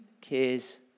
cares